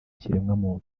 ikiremwamuntu